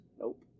Nope